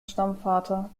stammvater